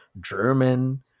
German